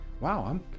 Wow